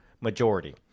majority